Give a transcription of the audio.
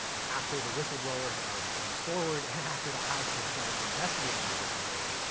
after the whistleblower had already come forward, and after the house had started investigating the whistleblower,